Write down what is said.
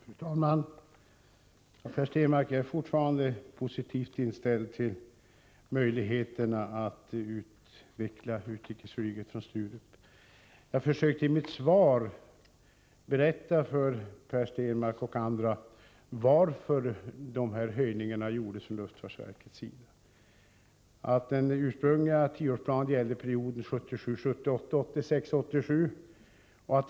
Fru talman! Jag är, Per Stenmarck, fortfarande positivt inställd till möjligheterna att utveckla utrikesflyget från Sturup. Jag försökte i mitt svar berätta för Per Stenmarck och andra varför luftfartsverket har genomfört de här aktuella höjningarna. Verkets ursprungliga tioårsplan gällde perioden 1977 87.